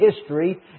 history